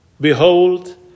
Behold